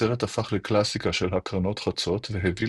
הסרט הפך לקלאסיקה של הקרנות חצות והביא